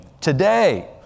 today